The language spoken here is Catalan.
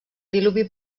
diluvi